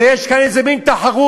ויש כאן איזה מין תחרות